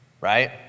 right